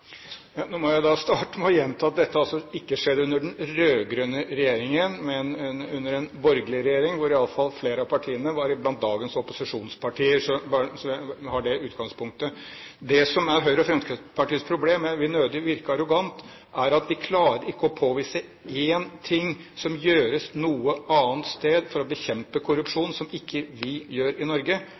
Jeg må starte med å gjenta at dette altså ikke skjedde under den rød-grønne regjeringen, men under en borgerlig regjering, hvor iallfall flere av partiene var blant dagens opposisjonspartier – bare så vi har det utgangspunktet. Det som er Høyres og Fremskrittspartiets problem – jeg vil nødig virke arrogant – er at de ikke klarer å påvise én ting som gjøres noe annet sted for å bekjempe korrupsjon, som ikke vi gjør i Norge.